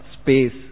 space